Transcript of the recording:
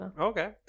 Okay